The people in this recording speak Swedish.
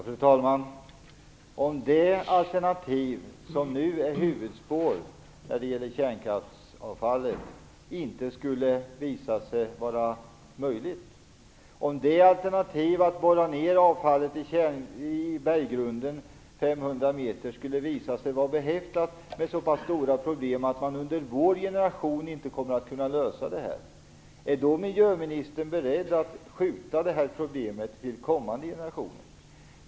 Fru talman! Om det alternativ som nu är huvudspåret när det gäller kärnkraftsavfallet, att borra för att få ned avfallet i berggrunden på 500 meters djup, skulle visa sig vara behäftat med så pass stora problem att man under vår generation inte kommer att kunna lösa problemet, är då miljöministern beredd att överlåta problemet till kommande generationer?